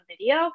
video